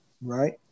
Right